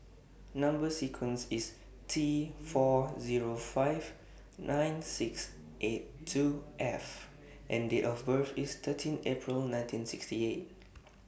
Number sequence IS T four Zero five nine six eight two F and Date of birth IS thirteen April nineteen sixty eight